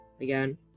again